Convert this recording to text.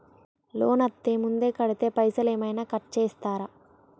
Loan అత్తే ముందే కడితే పైసలు ఏమైనా కట్ చేస్తరా?